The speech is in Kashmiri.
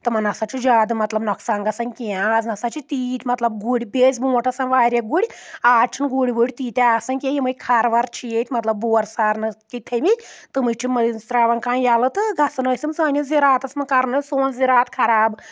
تمَن ہسا چھُ زیادٕ مطلب نۄقصان گژھان کینٛہہ آز نسا چھِ تیٖتۍ مطلب گُرۍ بیٚیہِ ٲسۍ برونٛٹھ آسان واریاہ گُرۍ آز چھُنہٕ گُرۍ وُرۍ تیٖتیٛاہ آسان کینٛہہ یِمٕے کھَروَر چھِ ییٚتہِ مطلب بور سارنَس تہِ تھٔمٕتۍ تٕمٕے چھِ مٔنزۍ ترٛاوَان کانٛہہ یَلہٕ تہٕ گژھان ٲسۍ یِم سٲنِس زِراتس منٛز کَران ٲسۍ سون زراعت خراب